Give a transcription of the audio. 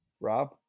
Rob